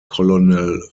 colonel